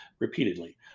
repeatedly